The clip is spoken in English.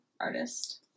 artist